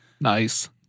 Nice